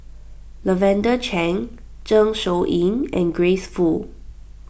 Lavender Chang Zeng Shouyin and Grace Fu